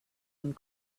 and